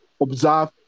observe